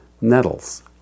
nettles